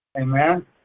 Amen